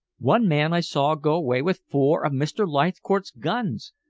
one man i saw go away with four of mr. leithcourt's guns,